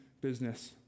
business